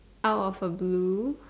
out of a blue